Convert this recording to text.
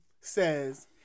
says